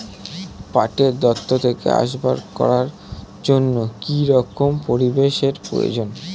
পাটের দণ্ড থেকে আসবাব করার জন্য কি রকম পরিবেশ এর প্রয়োজন?